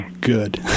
good